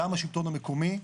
גם השלטון המקומי.